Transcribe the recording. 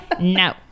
No